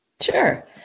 Sure